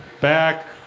back